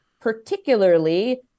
particularly